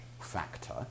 Factor